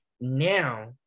Now